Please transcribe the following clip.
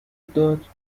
داد